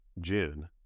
June